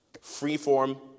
free-form